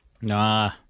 Nah